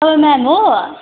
ma'am हो